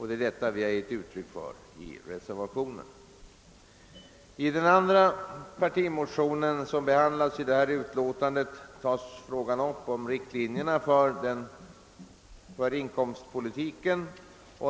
Det är detta vi gett uttryck för i reservationen. I den andra partimotion, som behandlas i detta utlåtande, tar vi upp frågan om riktlinjerna för inkomstpolitiken.